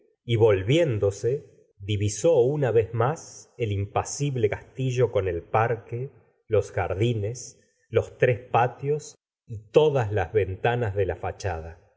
y volviéndose divisó una vez más el impasible j castillo con el parque los jardines los tres patios y todas las ventanas de la fachada